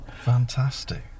fantastic